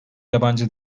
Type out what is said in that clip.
yabancı